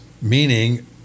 meaning